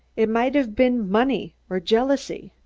it might have been money or jealousy.